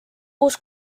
uus